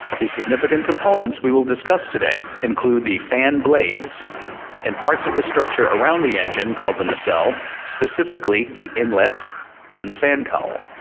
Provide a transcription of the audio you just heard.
the significant components components we will discuss today include the fan blades and parts of the structure around the engine called the nacelle, specifically the inlet and the fan cowl.